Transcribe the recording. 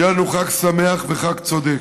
שיהיה לנו חג שמח וחג צודק.